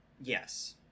Yes